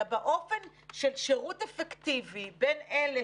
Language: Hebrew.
אלא באופן של שירות אפקטיבי בין אלה